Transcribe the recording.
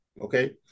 okay